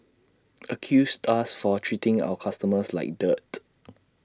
accused us for treating our customers like dirt